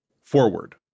Forward